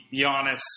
Giannis